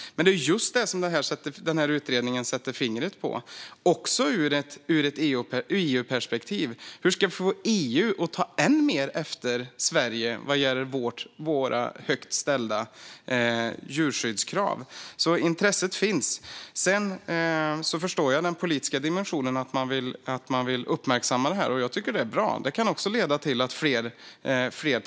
Men det är just detta som denna utredning sätter fingret på, också ur ett EU-perspektiv. Hur ska vi få EU att ta än mer efter Sverige vad gäller våra högt ställda djurskyddskrav? Så intresset finns. Sedan förstår jag den politiska dimensionen att man vill uppmärksamma detta. Jag tycker att det är bra. Det kan leda till att fler tar efter.